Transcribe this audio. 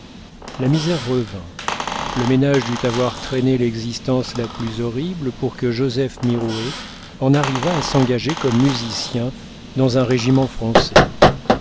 la misère revint le ménage dut avoir traîné l'existence la plus horrible pour que joseph mirouët en arrivât à s'engager comme musicien dans un régiment français